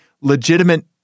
legitimate